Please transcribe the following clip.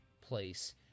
place